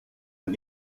und